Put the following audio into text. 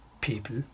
people